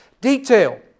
detail